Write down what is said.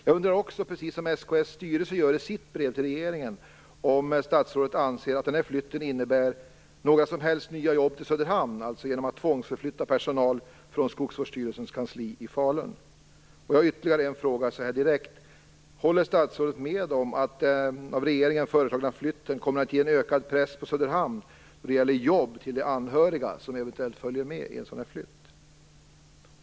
Jag undrar också, precis som SKS:s styrelse gör i sitt brev till regeringen, om statsrådet anser att den här flytten innebär några som helst nya jobb till Söderhamn, alltså en tvångsförflyttning av personal från Jag har ytterligare ett par direkta frågor: Håller statsrådet med om att den av regeringen föreslagna flytten kommer att ge en ökad press på Söderhamn då det gäller jobb till de anhöriga som eventuellt följer med i en sådan här flytt?